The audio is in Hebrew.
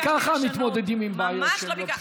גם ככה מתמודדים עם בעיות שהן לא פשוטות.